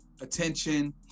attention